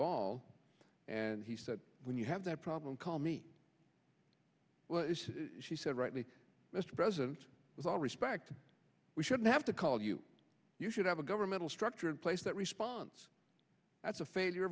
preval all and he said when you have that problem call me well she said write me mr president it's all respect we shouldn't have to call you you should have a governmental structure in place that response that's a failure